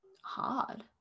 hard